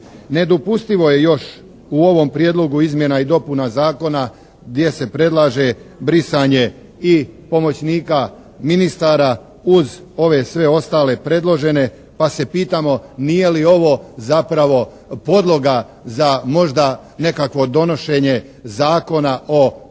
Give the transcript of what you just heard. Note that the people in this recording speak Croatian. Nedopustivo je još u ovom Prijedlogu izmjena i dopuna zakona gdje se predlaže brisanje i pomoćnika ministara uz ove sve ostale predložene pa se pitamo nije li ovo zapravo podloga za možda nekakvo donošenje Zakona o primopredaji